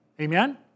Amen